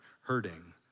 hurting